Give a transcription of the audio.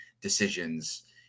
decisions